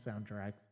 soundtracks